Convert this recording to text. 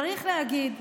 צריך להגיד,